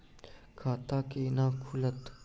खाता केना खुलत?